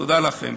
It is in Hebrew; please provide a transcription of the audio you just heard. תודה לכם.